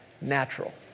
natural